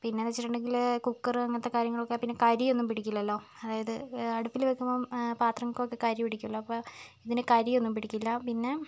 പിന്നെ എന്ന് വെച്ചിട്ടുണ്ടെങ്കിൽ കുക്കർ അങ്ങനത്തെ കാര്യങ്ങളൊക്കെ പിന്നെ കരി ഒന്നും പിടിക്കില്ലല്ലോ അതായത് അടുപ്പിൽ വയ്ക്കുമ്പം പാത്രങ്ങൾക്കൊക്കെ കരി പിടിക്കുമല്ലോ അപ്പോൾ ഇതിന് കരി ഒന്നും പിടിക്കില്ല പിന്നെ